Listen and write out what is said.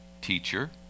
Teacher